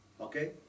Okay